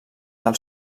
del